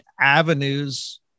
avenues